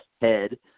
head